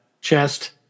Chest